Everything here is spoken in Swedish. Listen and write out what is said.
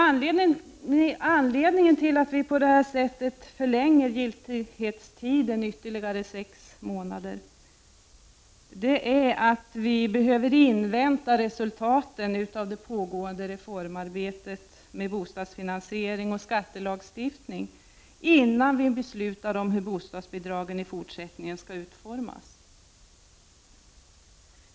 Anledningen till att vi nu på detta sätt vill förlänga giltighetstiden med ytterligare sex månader är att vi behöver invänta resultaten av det pågående arbetet med reformer på bostadsfinansieringens och skattelagstiftningens område, innan vi beslutar om hur bostadsbidragen i fortsättningen skall utformas.